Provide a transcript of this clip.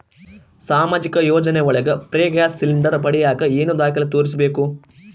ಸಾಮಾಜಿಕ ಯೋಜನೆ ಒಳಗ ಫ್ರೇ ಗ್ಯಾಸ್ ಸಿಲಿಂಡರ್ ಪಡಿಯಾಕ ಏನು ದಾಖಲೆ ತೋರಿಸ್ಬೇಕು?